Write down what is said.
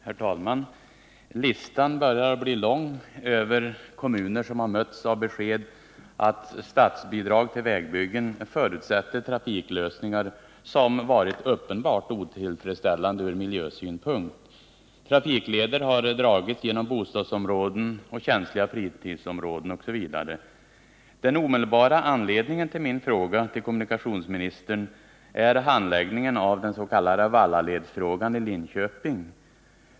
Herr talman! Listan börjar bli lång över kommuner som har mötts av besked om att statsbidrag till vägbyggen förutsätter trafiklösningar som varit uppenbart otillfredsställande ur miljösynpunkt. Trafikleder har dragits genom bostadsområden, känsliga fritidsområden osv. Den omedelbara anledningen till min fråga till kommunikationsministern är handläggningen av den s.k. Vallaledsfrågan i Linköping.